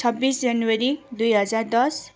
छब्बिस जनवरी दुई हजार दस